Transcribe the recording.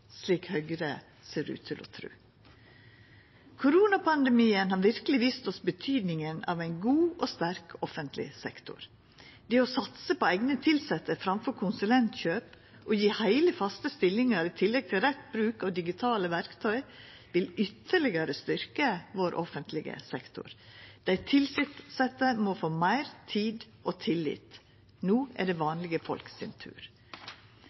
slik Høgre ser ut til å tru. Koronapandemien har verkeleg vist oss betydinga av ein god og sterk offentleg sektor. Det å satsa på eigne tilsette framfor konsulentkjøp og gje heile faste stillingar i tillegg til rett bruk av digitale verktøy vil ytterlegare styrkja vår offentlege sektor. Dei tilsette må få meir tid og tillit. No er det vanlege folk sin tur.